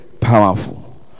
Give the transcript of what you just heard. powerful